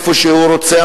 איפה שהוא רוצה,